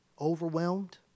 overwhelmed